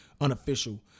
unofficial